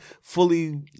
fully